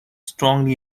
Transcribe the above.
strongly